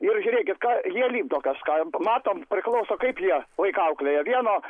ir žiūrėkit ką jie lipdo kažką matom priklauso kaip jie vaiką auklėja vieno